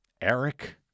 Eric